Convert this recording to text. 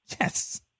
Yes